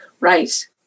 Right